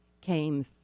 came